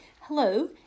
Hello